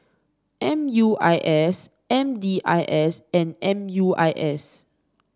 M U I S M D I S and M U I S